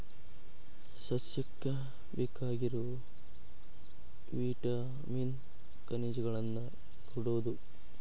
ಸಸ್ಯಕ್ಕ ಬೇಕಾಗಿರು ವಿಟಾಮಿನ್ ಖನಿಜಗಳನ್ನ ಕೊಡುದು